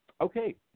okay